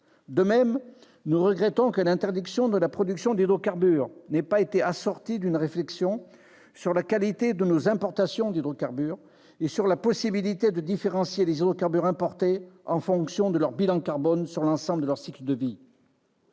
De même, nous regrettons que l'interdiction de la production d'hydrocarbures n'ait pas été assortie d'une réflexion sur la qualité de nos importations d'hydrocarbures et sur la possibilité de différencier les hydrocarbures importés en fonction de leur bilan carbone sur l'ensemble de leur cycle de vie.